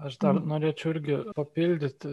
aš dar norėčiau irgi papildyti